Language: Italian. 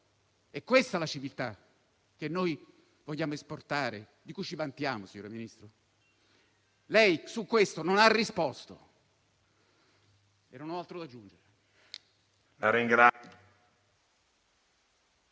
È questa la civiltà che noi vogliamo esportare, di cui ci vantiamo, signora Ministro? Lei su questo non ha risposto e non ho altro da aggiungere.